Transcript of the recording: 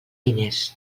diners